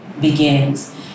begins